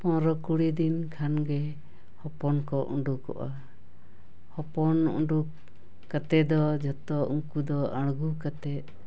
ᱯᱚᱱᱨᱳ ᱠᱩᱲᱤ ᱫᱤᱱ ᱠᱷᱟᱱ ᱜᱮ ᱦᱚᱯᱚᱱ ᱠᱚ ᱩᱰᱩᱠᱚᱜᱼᱟ ᱦᱚᱯᱚᱱ ᱩᱰᱩᱠ ᱠᱟᱛᱮ ᱫᱚ ᱡᱚᱛᱚ ᱩᱱᱠᱩ ᱫᱚ ᱟᱲᱜᱚ ᱠᱟᱛᱮᱫ